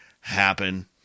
happen